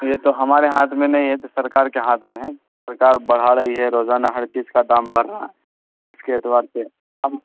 یہ تو ہمارے ہاتھ میں نہیں ہے یہ تو سرکار کے ہاتھ میں ہے سرکار بڑھا رہی ہے روزانہ ہر چیج کا دام بڑھ رہا ہے اس کے اعتبار سے ہم